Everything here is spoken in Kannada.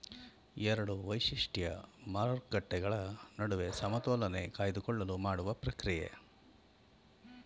ಎರಡು ವೈಶಿಷ್ಟ್ಯ ಮಾರುಕಟ್ಟೆಗಳ ನಡುವೆ ಸಮತೋಲನೆ ಕಾಯ್ದುಕೊಳ್ಳಲು ಮಾಡುವ ಪ್ರಕ್ರಿಯೆ